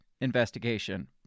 investigation